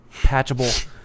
patchable